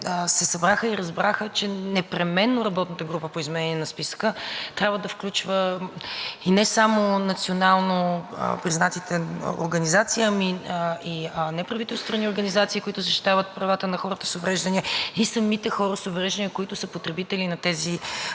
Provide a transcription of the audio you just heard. се събраха и разбраха, че непременно работната група по изменение на списъка трябва да включва не само национално признатите организации, а и неправителствените организации, които защитават правата на хората с увреждания и самите хора с увреждания, които са потребители на тези